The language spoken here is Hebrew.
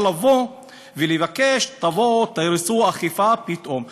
לבוא ולבקש: תבואו ותעשו אכיפה פתאום.